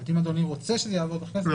אם אדוני רוצה שזה יעבור בכנסת,